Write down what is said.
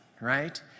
right